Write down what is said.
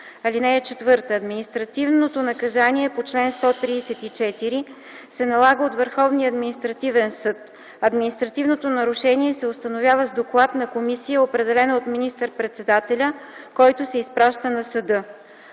и наказания. (4) Административното наказание по чл. 134 се налага от Върховния административен съд. Административното нарушение се установява с доклад на комисия, определена от министър-председателя, който се изпраща на съда.